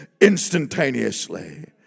instantaneously